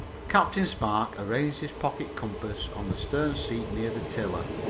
captain spark arranged his pocket compass on the stern seat near the tiller,